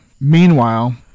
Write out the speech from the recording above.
Meanwhile